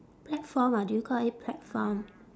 platform ah do you call it platform